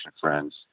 friends